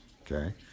okay